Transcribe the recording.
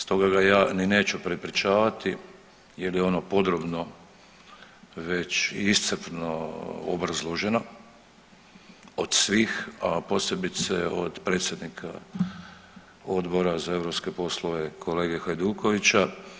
Stoga ga ja ni neću prepričavati jer je ono podrobno već iscrpno obrazloženo od svih, a posebice od predsjednika Odbora za europske poslove kolege Hajdukovića.